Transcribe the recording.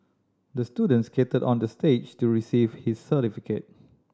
the student skated onto the stage to receive his certificate